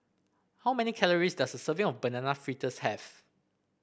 how many calories does a serving of Banana Fritters have